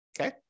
Okay